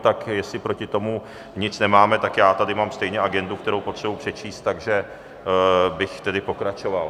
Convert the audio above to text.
Tak jestli proti tomu nic nemáme, tak tady mám stejně agendu, kterou potřebuji přečíst, takže bych tedy pokračoval.